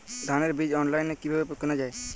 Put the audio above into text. ধানের বীজ অনলাইনে কিভাবে কেনা যায়?